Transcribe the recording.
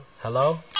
Hello